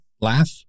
laugh